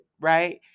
right